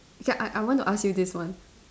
ya I I want to ask you this one